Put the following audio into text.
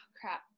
crap